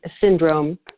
syndrome